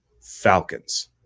Falcons